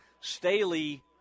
Staley